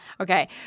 Okay